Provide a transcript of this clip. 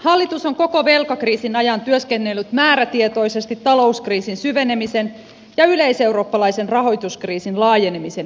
hallitus on koko velkakriisin ajan työskennellyt määrätietoisesti talouskriisin syvenemisen ja yleiseurooppalaisen rahoituskriisin laajenemisen ehkäisemiseksi